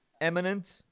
Eminent